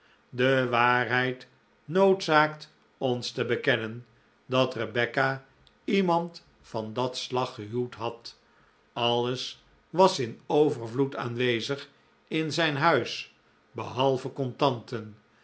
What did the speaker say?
de waarheid noodzaakt ons te bekennen dat rebecca iemand van dat slag gehuwd had alles was in overvloed aanwezig in zijn huis behalve contanten